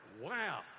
Wow